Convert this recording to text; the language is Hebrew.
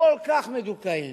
כל כך מדוכאים,